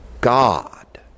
God